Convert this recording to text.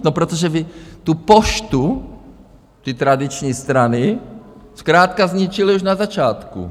No protože vy tu Poštu, ty tradiční strany zkrátka zničily už na začátku.